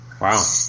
Wow